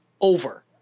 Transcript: over